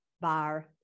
bar